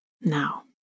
Now